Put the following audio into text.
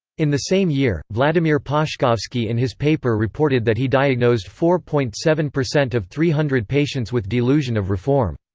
in the same year, vladimir pashkovsky in his paper reported that he diagnosed four point seven percent of three hundred patients with delusion of reform.